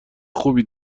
خوبی